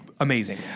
amazing